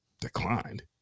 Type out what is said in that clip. declined